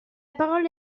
parole